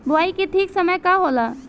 बुआई के ठीक समय का होला?